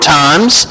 times